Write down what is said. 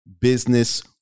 business